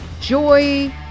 joy